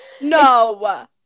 no